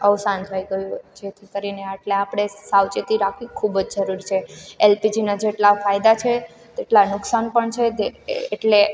અવસાન થઈ ગયું જેથી કરીને આટલે આપણે સાવચેતી રાખવી ખૂબજ જરૂરી છે એલપીજીનાં જેટલા ફાયદા છે તેટલા નુકસાન પણ છે એટલે